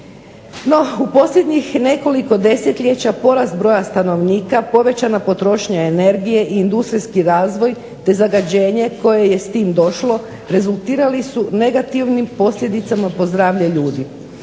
u posljednjih nekoliko desetljeća porast broja stanovnika, povećana potrošnja energije i industrijski razvoj te zagađenje koje je s tim došlo rezultirali su negativnim posljedicama po zdravlje ljudi.